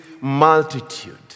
multitude